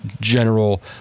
general